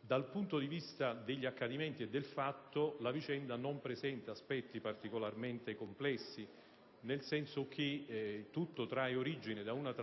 Dal punto di vista degli accadimenti e del fatto la vicenda non presenta aspetti particolarmente complessi, nel senso che tutto trae origine dalla